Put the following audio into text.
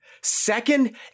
Second